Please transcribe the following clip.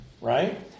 right